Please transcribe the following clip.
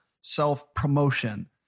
self-promotion